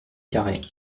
carhaix